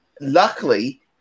Luckily